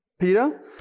Peter